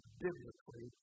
biblically